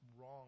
wrong